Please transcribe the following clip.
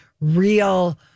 real